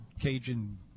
Cajun